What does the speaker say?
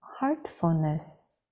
heartfulness